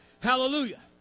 Hallelujah